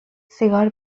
سیگار